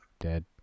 Dead